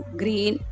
green